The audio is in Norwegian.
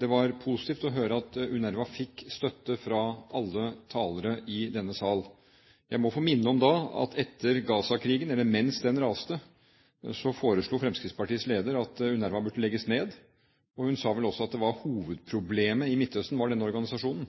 det var positivt å høre at UNRWA fikk støtte fra alle talere i denne sal. Jeg må få minne om at mens Gaza-krigen raste, foreslo Fremskrittspartiets leder at UNRWA burde legges ned, og hun sa vel også at hovedproblemet i Midtøsten var denne organisasjonen.